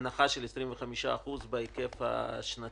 הנחה של 25% בהיקף השנתי.